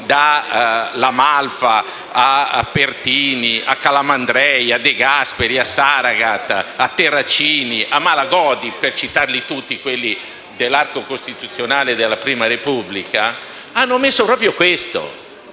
da La Malfa, a Pertini, a Calamandrei, a De Gasperi, a Saragat, a Terracini, a Malagodi (per citare tutti quelli dell'arco costituzionale della Prima Repubblica), hanno inteso proprio questo.